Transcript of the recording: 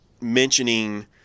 mentioning